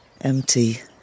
empty